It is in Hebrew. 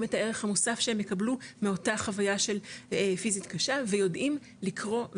את הערך המוסף שהם יקבלו מאותה חוויה פיזית קשה ויודעים לקרוא,